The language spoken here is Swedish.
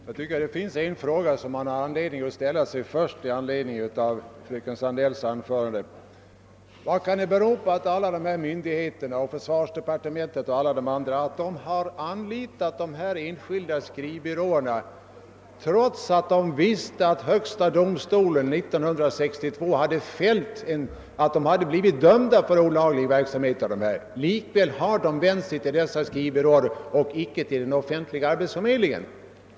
Herr talman! Det finns anledning att ställa en fråga i anledning av fröken Sandells anförande. Vad kan det bero på att alla de här myndigheterna har anlitat privata skrivbyråer trots att man visste att högsta domstolen år 1962 hade dömt dessa byråer för olaglig verksamhet? Vad kan det bero på att man ändå vänt sig till dem och icke till den offentliga arbetsförmedlingen?